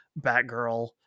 batgirl